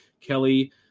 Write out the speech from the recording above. Kelly